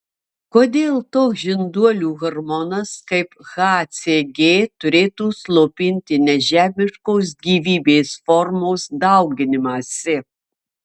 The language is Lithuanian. kodėl toks žinduolių hormonas kaip hcg turėtų slopinti nežemiškos gyvybės formos dauginimąsi